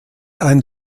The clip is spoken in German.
ein